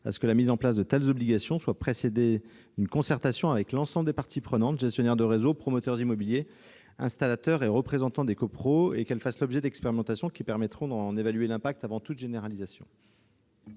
précéder la mise en place de telles obligations d'une concertation avec l'ensemble des parties prenantes- gestionnaires de réseau, promoteurs immobiliers, installateurs et représentants des copropriétés -et que le dispositif fasse l'objet d'expérimentations permettant d'en évaluer l'impact avant toute généralisation.